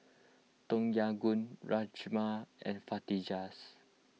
Tom Yam Goong Rajma and Fajitas